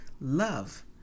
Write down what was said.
love